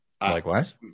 Likewise